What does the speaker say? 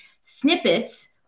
snippets